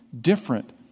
different